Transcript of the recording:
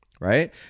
Right